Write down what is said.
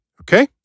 okay